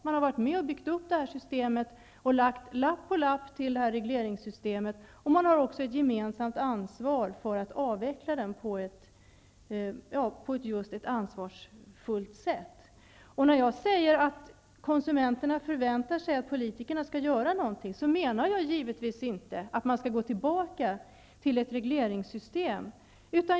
Man har varit med om att bygga upp och har lagt lapp på lapp på detta regleringssystem, och man har också en gemensam plikt för att avveckla det på ett ansvarsfullt sätt. När jag säger att konsumenterna förväntar sig att politikerna skall göra någonting menar jag givetvis inte att man skall gå tillbaka till ett regleringssystem.